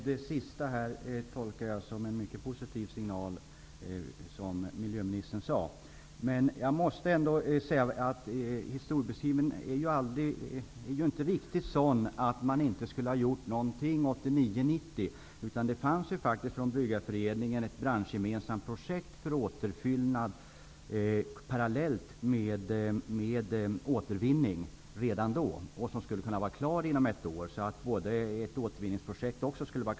Herr talman! Det miljöministern sade avslutningsvis tolkar jag som en mycket positiv signal. Jag måste ändock säga att historieskrivningen inte säger att man inte skulle ha gjort någonting under 1989 och 1990. Bryggarföreningen hade ett branschgemensamt projekt för återfyllnad parallellt med återvinning. Ett återvinningsprojekt skulle ha kunnat vara klart inom ett år.